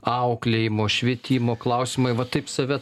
auklėjimo švietimo klausimai va taip save